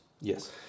Yes